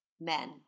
men